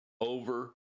over